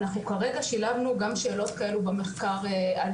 אנחנו כרגע שילבנו גם שאלות כאלו במחקר על